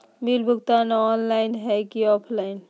Bill भुगतान online है की ऑफलाइन?